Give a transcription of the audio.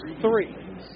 three